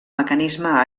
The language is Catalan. mecanisme